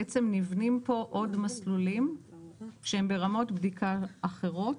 בעצם נבנים כאן עוד מסלולים שהם ברמות בדיקה אחרות.